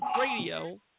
radio